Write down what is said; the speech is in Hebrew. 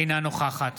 אינה נוכחת